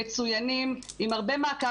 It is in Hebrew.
מצוינים, עם הרבה מעקב.